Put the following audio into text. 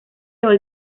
hoy